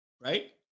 Right